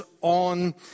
on